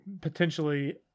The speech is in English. potentially